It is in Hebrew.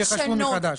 שיחשבו מחדש,